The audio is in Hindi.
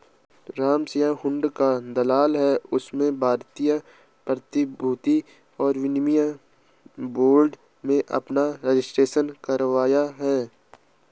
रामसिंह हुंडी का दलाल है उसने भारतीय प्रतिभूति और विनिमय बोर्ड में अपना रजिस्ट्रेशन करवाया है